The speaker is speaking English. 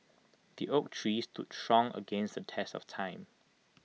the oak tree stood strong against the test of time